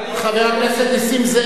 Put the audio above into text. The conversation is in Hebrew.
חבר הכנסת נסים זאב,